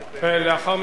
ולאחר מכן,